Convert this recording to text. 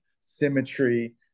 symmetry